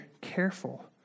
careful